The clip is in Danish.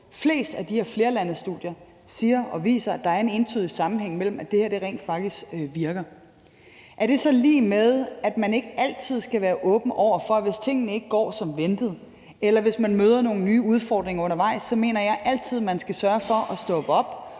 flest af de her flerlandestudier, siger og viser, at der er en entydig sammenhæng, med hensyn til at det her rent faktisk virker. Er det så lig med, at man ikke altid skal være åben over for det, hvis tingene ikke går som ventet, eller hvis man møder nogle nye udfordringer undervejs? Så mener jeg altid, at man skal sørge for at stoppe op